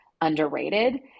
underrated